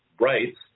rights